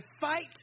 fight